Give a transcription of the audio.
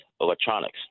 electronics